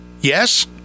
Yes